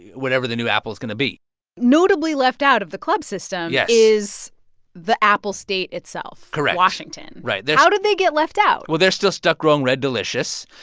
whatever the new apple is going to be notably left out of the club system. yes. is the apple state itself. correct. washington right how did they get left out? well, they're still stuck growing red delicious,